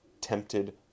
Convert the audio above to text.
tempted